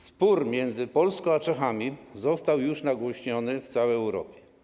Spór między Polską a Czechami został już nagłośniony w całej Europie.